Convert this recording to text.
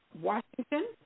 Washington